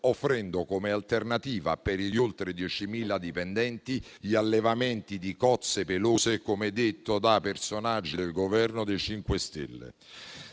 offrendo come alternativa per gli oltre 10.000 dipendenti gli allevamenti di cozze pelose, come detto da personaggi del Governo dei 5 Stelle.